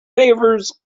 favours